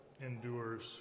endures